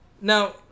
Now